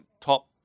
top